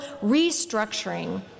restructuring